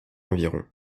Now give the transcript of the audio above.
environ